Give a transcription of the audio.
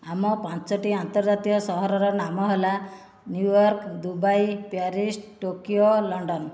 ଆମ ପାଞ୍ଚୋଟି ଅନ୍ତର୍ଜାତୀୟ ସହରର ନାମ ହେଲା New York Dubai Paris Tokyo London